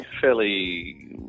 fairly